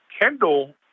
Kendall